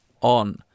on